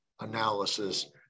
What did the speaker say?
analysis